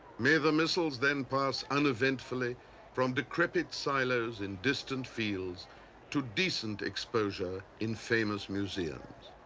may the missiles then pass uneventfully from decrepit silos in distant fields to decent exposure in famous museums.